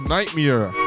Nightmare